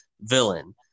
villain